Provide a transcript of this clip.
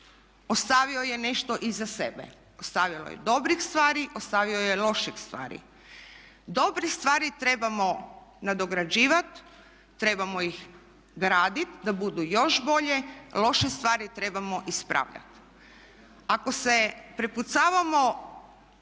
ostavio je nešto iza sebe, ostavio je dobrih stvari, ostavio je loših stvari. Dobre stvari trebamo nadograđivati, trebamo ih graditi da budu još bolje, loše stvari trebamo ispravljati. Ako se prepucavamo